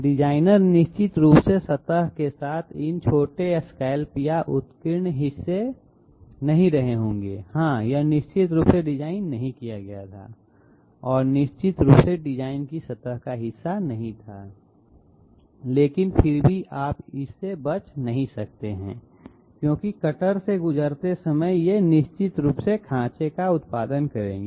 designer निश्चित रूप से सतह के साथ इन छोटे स्कैलप या उत्कीर्ण हिस्से नहीं रहे होंगे हां यह निश्चित रूप से डिजाइन नहीं किया गया था और यह निश्चित रूप से डिजाइन की सतह का हिस्सा नहीं था लेकिन फिर भी आप इसे से बच नहीं सकते हैं क्योंकि कटर से गुजरते समय ये निश्चित रूप से खांचे उत्पादन करेंगे